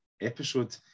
episode